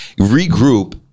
regroup